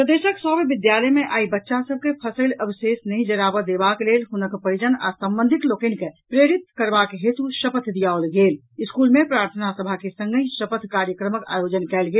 प्रदेशक सभ विद्यालय मे आइ बच्चा सभ के फसिल अवशेष नहि जराबऽ देबाक लेल हुनक परिजन आ संबंधिक लोकनि के प्रेरित करबाक हेतु शपथ दियाओल गेल गेल स्कूल मे प्रार्थना सभा के संगहि शपथ कार्यक्रमक आयोजन कयल गेल